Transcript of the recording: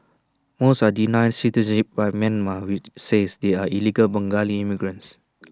most are denied citizenship by Myanmar which says they are illegal Bengali immigrants